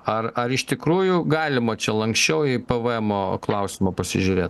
ar ar iš tikrųjų galima čia lanksčiau į pvemo klausimą pasižiūrėt